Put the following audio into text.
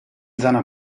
seiner